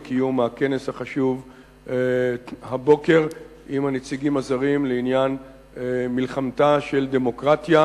על קיום הכנס החשוב הבוקר עם הנציגים הזרים בעניין מלחמתה של דמוקרטיה